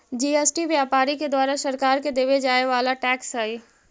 GST व्यापारि के द्वारा सरकार के देवे जावे वाला टैक्स हई